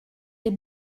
des